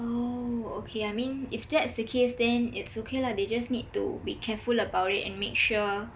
oh okay I mean if that's the case then it's okay lah they just need to be careful about it and make sure